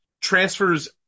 Transfers